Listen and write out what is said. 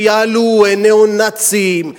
שיעלו ניאו-נאצים,